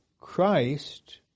Christ